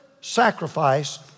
sacrifice